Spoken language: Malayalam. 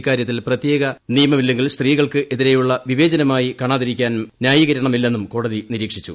ഇക്കാരൃത്തിൽ പ്രത്യേക നിയമമില്ലെങ്കിൽ സ്ത്രീകൾക്ക് എതിരെയുള്ള വിവേചനമായി കാണാതിരിക്കാൻ ന്യായീകരണമില്ലെന്നും കോടതി നിരീക്ഷിച്ചു